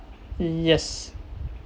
yes